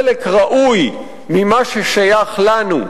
חלק ראוי, ממה ששייך לנו.